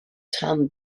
tan